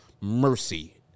Mercy